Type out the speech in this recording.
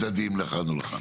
כל אחד רוצה קבורת שדה,